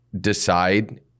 decide